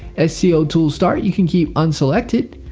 ah seo tools start you can keep unselected.